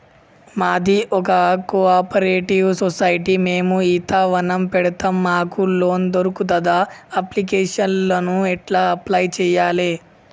మాది ఒక cooperative society మేము ఈత వనం పెడతం మాకు లోన్ దొర్కుతదా? అప్లికేషన్లను ఎట్ల అప్లయ్ చేయాలే?